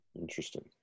Interesting